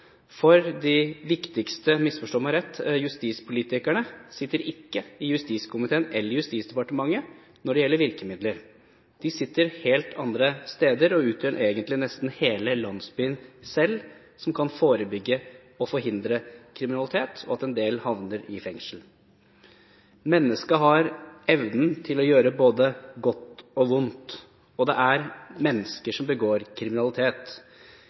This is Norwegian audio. For de viktigste – misforstå meg rett – justispolitikerne når det gjelder virkemidler, sitter ikke i justiskomiteen eller i Justisdepartementet. De sitter helt andre steder og utgjør selv nesten hele landsbyen, og kan forebygge og forhindre kriminalitet og det at en del havner i fengsel. Mennesket har evnen til å gjøre både godt og vondt, og det er mennesker som begår kriminalitet.